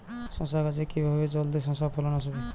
শশা গাছে কিভাবে জলদি শশা ফলন আসবে?